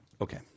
Okay